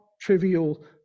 trivial